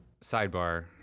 sidebar